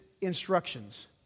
instructions